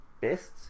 best